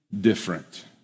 different